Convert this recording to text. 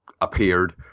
appeared